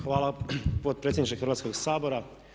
Hvala potpredsjedniče Hrvatskoga sabora.